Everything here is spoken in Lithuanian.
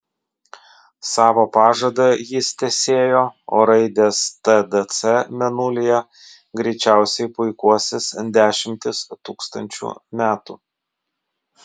savo pažadą jis tęsėjo o raidės tdc mėnulyje greičiausiai puikuosis dešimtis tūkstančių metų